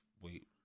Wait